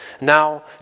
Now